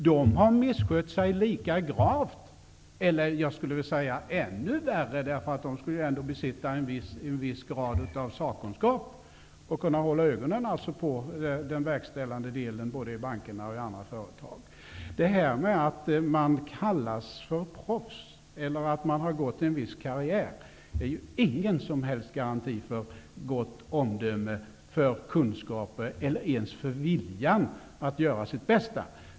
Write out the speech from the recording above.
De har misskött sig lika gravt eller jag skulle vilja säga ännu värre, för de skulle ändå besitta en viss grad av sakkunskap och kunna hålla ögonen på den verkställande delen, både i bankerna och i andra företag. Att man kallas för proffs eller att man har gått en viss karriär är ingen som helst garanti för gott omdöme, för kunskaper eller ens för viljan att göra sitt bästa.